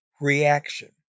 reaction